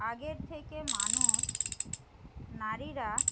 আগের থেকে মানুষ নারীরা